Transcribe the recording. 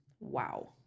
wow